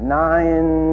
nine